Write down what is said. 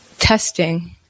Testing